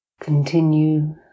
Continue